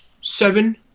seven